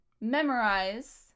memorize